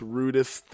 rudest